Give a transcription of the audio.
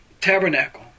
tabernacle